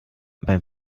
beim